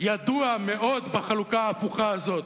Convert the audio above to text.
ידוע מאוד בחלוקה ההפוכה הזאת,